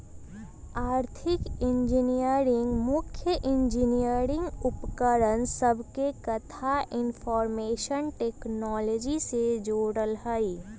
आर्थिक इंजीनियरिंग मुख्य इंजीनियरिंग उपकरण सभके कथा इनफार्मेशन टेक्नोलॉजी से जोड़ल हइ